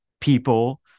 people